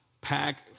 pack